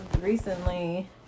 recently